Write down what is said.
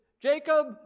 Jacob